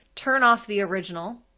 turn off the original,